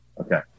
Okay